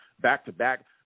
back-to-back